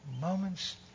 moments